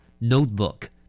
notebook